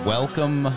Welcome